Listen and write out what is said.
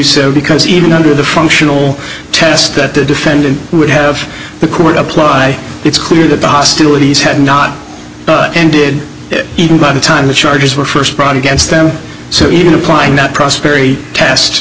so because even under the functional test that the defendant would have the court apply it's clear that the hostilities had not and did it even by the time the charges were first brought against them so even applying that prosperity test